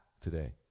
today